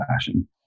fashion